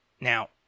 Now